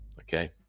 Okay